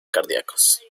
cardíacos